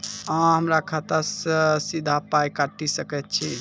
अहॉ हमरा खाता सअ सीधा पाय काटि सकैत छी?